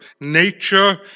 nature